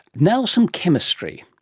now some chemistry.